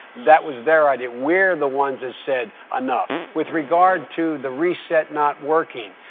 that was their idea. we're the ones that said, enough. with regard to the reset not working,